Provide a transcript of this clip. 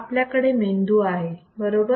आपल्याकडे मेंदू आहे बरोबर